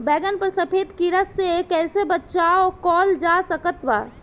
बैगन पर सफेद कीड़ा से कैसे बचाव कैल जा सकत बा?